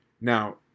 now